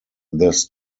this